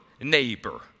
neighbor